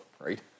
Right